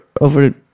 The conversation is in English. over